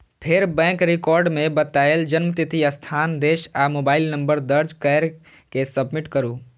फेर bank record मे बतायल जन्मतिथि, स्थान, देश आ मोबाइल नंबर दर्ज कैर के सबमिट करू